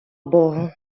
богу